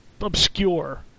obscure